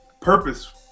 purpose